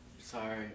Sorry